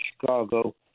Chicago